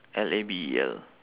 L A B E L